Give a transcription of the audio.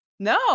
No